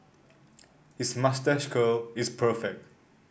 his moustache curl is perfect